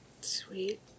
Sweet